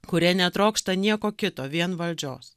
kurie netrokšta nieko kito vien valdžios